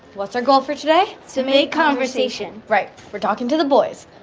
what's our goal for today? to make conversation. right. we're talking to the boys.